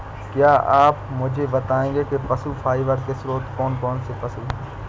क्या आप मुझे बताएंगे कि पशु फाइबर के स्रोत कौन कौन से पशु हैं?